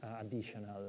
additional